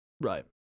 Right